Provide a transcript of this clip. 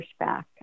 pushback